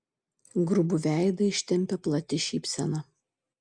grubų veidą ištempė plati šypsena